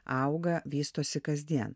auga vystosi kasdien